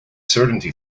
certainty